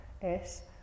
es